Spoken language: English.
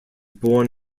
born